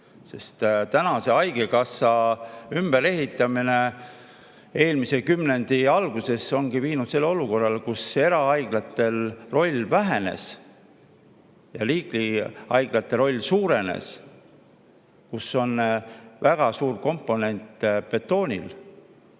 Sest tänase haigekassa ümberehitamine eelmise kümnendi alguses ongi viinud selle olukorrani, kus erahaiglate roll vähenes ja riigihaiglate roll suurenes, kus on väga suur komponent betoonil